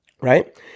right